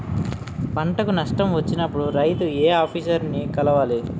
పంటకు నష్టం వచ్చినప్పుడు రైతు ఏ ఆఫీసర్ ని కలవాలి?